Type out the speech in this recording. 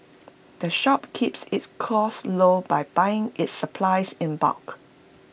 the shop keeps its costs low by buying its supplies in bulk